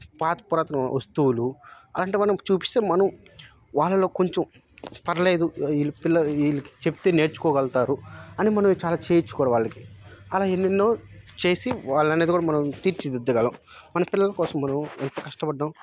పాత పురాతన వస్తువులు అలాంటివి మనం చూపిస్తే మనం వాళ్ళలో కొంచెం పర్లేదు పిల్లల ఈళ్ళకి చెప్తే నేర్చుకోగల్తారు అని మనం చాలా చేయిచ్చుకోవడం వాళ్ళకి అలా ఎన్నెన్నో చేసి వాళ్ళనేది కూడా మనం తీర్చిదిద్దగలం మన పిల్లల కోసం మనం ఎంత కష్టపడ్డాం